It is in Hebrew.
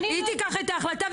היא תיקח את ההחלטה.